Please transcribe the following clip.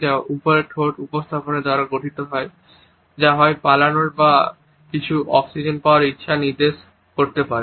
যা উপরের ঠোঁট উত্থাপনের দ্বারা গঠিত হয় যা হয় পালানোর বা আরও কিছু অক্সিজেন পাওয়ার ইচ্ছা নির্দেশ করতে পারে